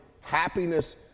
happiness